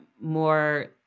more